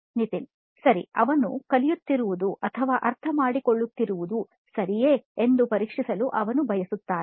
ನಿತಿನ್ ಸರಿ ಅವನು ಕಲಿಯುತ್ತಿರುವುದು ಅಥವಾ ಅರ್ಥಮಾಡಿಕೊಳ್ಳುತ್ತಿರುವುದು ಸರಿಯೇ ಎಂದು ಪರೀಕ್ಷಿಸಲು ಅವನು ಬಯಸುತ್ತಾನೆ